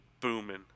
booming